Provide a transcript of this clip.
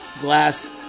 glass